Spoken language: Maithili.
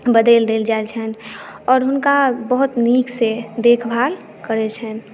बदलि देल जाइत छनि आओर हुनका बहुत नीकसँ देखभाल करैत छनि